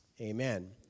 Amen